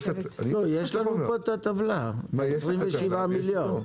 יש לנו פה טבלה, 27 מיליון.